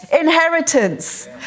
inheritance